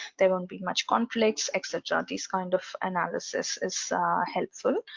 there won't be much conflicts etc. ah these kind of analysis is helpful.